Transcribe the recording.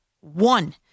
One